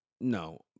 No